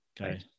Okay